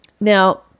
Now